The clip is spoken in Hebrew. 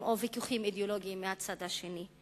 או ויכוחים אידיאולוגיים מהצד השני.